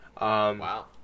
Wow